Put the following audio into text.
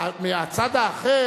מהצד האחר,